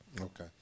Okay